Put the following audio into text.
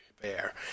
bear